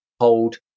hold